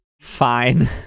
fine